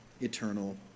eternal